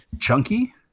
chunky